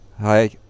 Hi